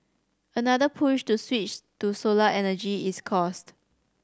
another push to switch to solar energy is cost